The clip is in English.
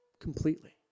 completely